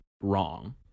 wrong